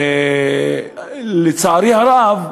לצערי הרב,